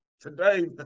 today